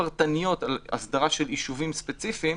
על הסדרה של ישובים ספציפיים.